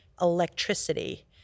electricity